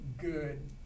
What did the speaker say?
good